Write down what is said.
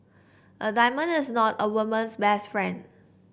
a diamond is not a woman's best friend